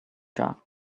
jug